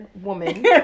woman